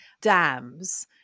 dams